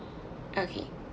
okay